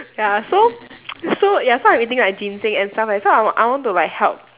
ya so so ya so I'm eating like ginseng and stuff like so I want I want to like help